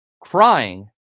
crying